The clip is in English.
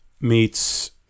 meets